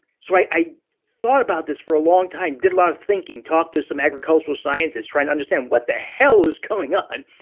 so i i thought about this for a long time, did a lot of thinking, talked to some agricultural scientists, trying to understand what the hell was going on.